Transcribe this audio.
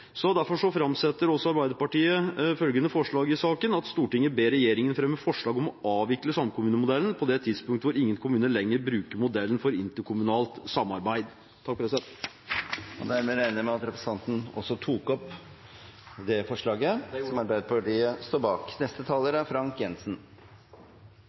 Arbeiderpartiet følgende forslag i saken: «Stortinget ber regjeringen fremme forslag om å avvikle samkommunemodellen på det tidspunkt hvor ingen kommuner lenger bruker modellen for interkommunalt samarbeid.» Jeg regner med at representanten også vil ta opp forslaget som Arbeiderpartiet står bak.